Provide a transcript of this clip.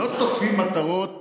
לא תוקפים מטרות